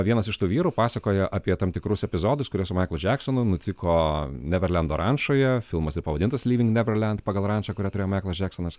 vienas iš tų vyrų pasakoja apie tam tikrus epizodus kuriuos su maiklu džeksonu nutiko neverlendo rančoje filmas ir pavadintas lyving neverlend pagal rančą kurią turėjo maiklas džeksonas